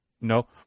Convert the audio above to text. No